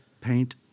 paint